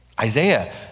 Isaiah